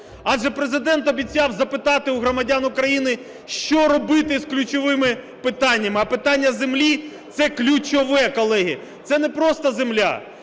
Адже Президент обіцяв запитати у громадян України, що робити із ключовими питаннями. А питання землі – це ключове, колеги. Це не просто земля